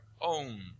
own